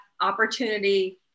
opportunity